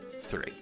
three